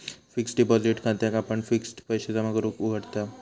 fixed deposit खात्याक आपण fixed पैशे जमा करूक उघडताव